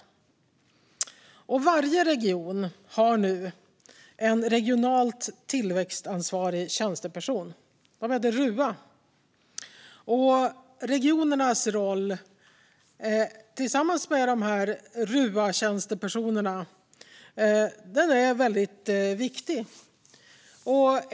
Varje region har nu en regionalt tillväxtansvarig tjänsteperson, kallad RUA. Regionernas roll tillsammans med RUA-tjänstepersonerna är viktig.